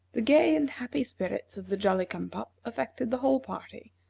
the gay and happy spirits of the jolly-cum-pop affected the whole party,